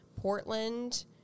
Portland